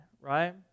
right